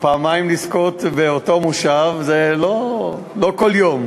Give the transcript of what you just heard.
ופעמיים לזכות באותו מושב, זה לא כל יום.